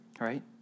right